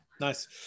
Nice